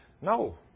no